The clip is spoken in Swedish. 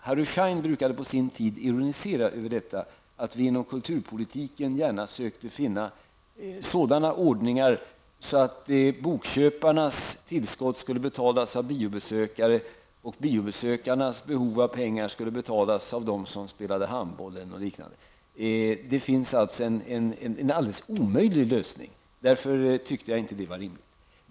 Harry Schein brukade på sin tid ironisera över att vi inom kulturpolitiken gärna sökte finna sådana ordningar att bokköparnas tillskott skulle betalas av biobesökare och biobesökarnas tillskott av dem som spelade handboll eller något liknande. Det är en alldeles omöjlig lösning, och därför ansåg jag den inte vara rimlig.